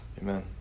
Amen